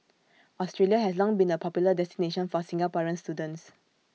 Australia has long been A popular destination for Singaporean students